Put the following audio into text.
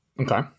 Okay